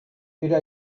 era